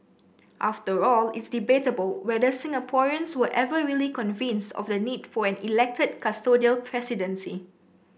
after all it's debatable whether Singaporeans were ever really convinced of the need for an elected custodial presidency